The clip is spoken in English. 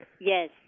Yes